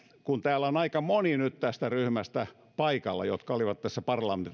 kun täällä on nyt tästä ryhmästä paikalla jotka olivat tässä